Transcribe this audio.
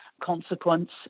consequence